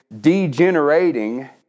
degenerating